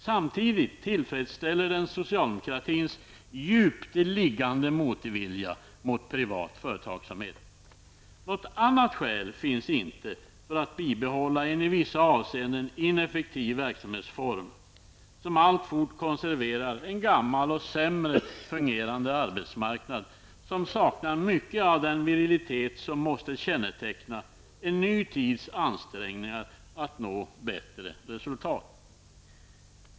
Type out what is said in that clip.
Samtidigt tillfredsställer den socialdemokratins djupt liggande motvilja mot privat företagsamhet. Något annat skäl finns inte för att bibehålla en i vissa avseenden ineffektiv verksamhetsform, som alltfort konserverar en gammal och sämre fungerande arbetsmarknad som saknar mycket av den virilitet som måste känneteckna en ny tids ansträngningar att nå bättre resultat.